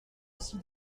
ici